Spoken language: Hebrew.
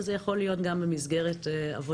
וזה יכול להיות גם במסגרת עבודה.